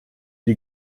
die